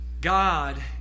God